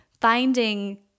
finding